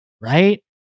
right